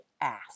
ask